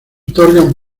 otorgan